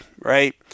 right